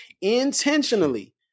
intentionally